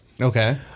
Okay